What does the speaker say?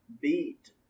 beat